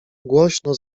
głośno